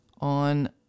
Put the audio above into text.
On